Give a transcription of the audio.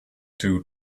two